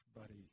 buddy